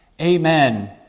Amen